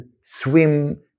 swim